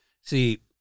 See